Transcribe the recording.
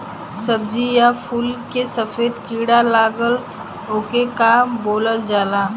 सब्ज़ी या फुल में सफेद कीड़ा लगेला ओके का बोलल जाला?